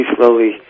slowly